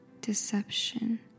Deception